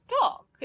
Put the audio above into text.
talk